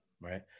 right